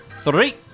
Three